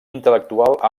intel·lectual